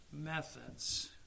methods